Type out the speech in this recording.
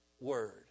word